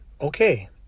okay